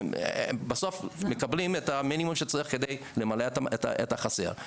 בסוף מקבלים את המינימום שצריך כדי למלא את החסר.